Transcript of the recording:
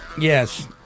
Yes